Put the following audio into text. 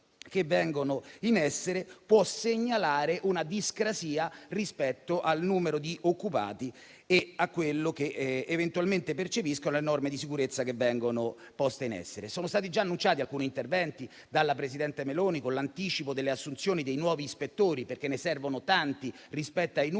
che vengono in essere, può segnalare una discrasia rispetto al numero di occupati e alle norme di sicurezza che vengono poste in essere. Sono stati già annunciati alcuni interventi dalla presidente Meloni con l'anticipo delle assunzioni dei nuovi ispettori, perché ne servono tanti rispetto ai numeri